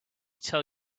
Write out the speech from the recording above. tell